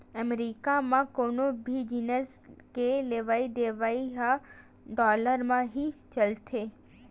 अमरीका म कोनो भी जिनिस के लेवइ देवइ ह डॉलर म ही चलथे